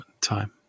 time